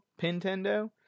Pintendo